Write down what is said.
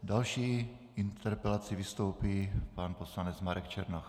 S další interpelací vystoupí pan poslanec Marek Černoch.